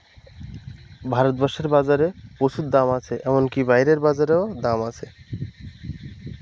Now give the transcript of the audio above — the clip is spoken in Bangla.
ভারতবর্ষের বাজারে প্রচুর দাম আছে এমন কি বাইরের বাজারেও দাম আছে